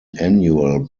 annual